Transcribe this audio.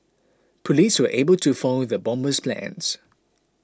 police were able to foil the bomber's plans